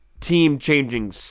team-changing